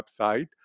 website